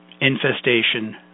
infestation